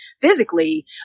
physically